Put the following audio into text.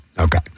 Okay